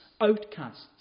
outcasts